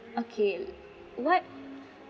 okay what